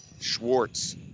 Schwartz